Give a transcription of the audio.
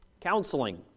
Counseling